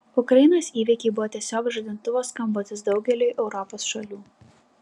ukrainos įvykiai buvo tiesiog žadintuvo skambutis daugeliui europos šalių